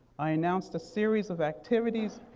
i announced a series of activities,